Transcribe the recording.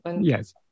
Yes